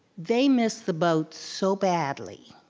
they missed the boat so badly.